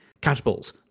Catapults